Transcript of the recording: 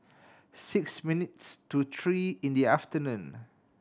six minutes to three in the afternoon